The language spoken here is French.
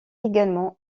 également